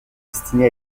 destinés